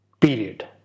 Period